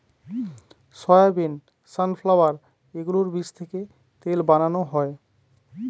soybean, sunflower এগুলোর বীজ থেকে তেল বানানো হয়